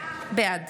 בעד